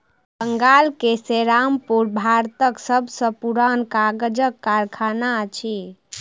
बंगाल के सेरामपुर भारतक सब सॅ पुरान कागजक कारखाना अछि